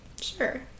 Sure